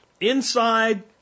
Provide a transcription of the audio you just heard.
inside